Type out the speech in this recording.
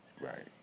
Right